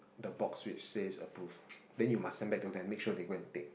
the box which says approve then you must send back to them make sure they go and tick